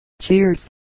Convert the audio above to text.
Cheers